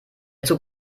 zug